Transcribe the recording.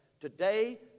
today